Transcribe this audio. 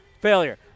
Failure